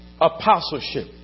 apostleship